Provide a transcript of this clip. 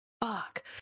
Fuck